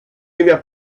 river